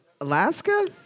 Alaska